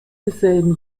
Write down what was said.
desselben